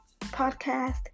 podcast